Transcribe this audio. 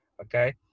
Okay